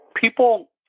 People